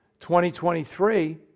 2023